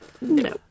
no